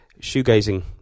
shoegazing